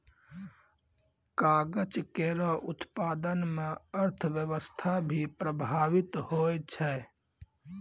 कागज केरो उत्पादन म अर्थव्यवस्था भी प्रभावित होय छै